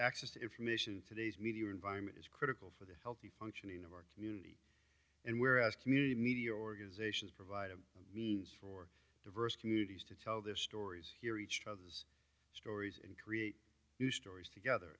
access to information today's media environment is critical for the healthy functioning of our community and whereas community media organizations provide a means for diverse communities to tell their stories hear each other's stories and create new stories together